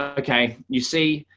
ah okay, you see,